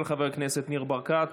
של חבר הכנסת ניר ברקת.